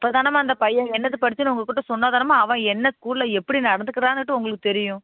அப்போதானம்மா அந்த பையன் என்னது படித்தேன்னு உங்கள்கிட்ட சொன்னால் தானம்மா அவன் என்ன ஸ்கூலில் எப்படி நடந்துக்கிறானுட்டு உங்களுக்கு தெரியும்